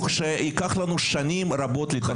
ומוסרי שייקח לנו שנים רבות לתקן אותו.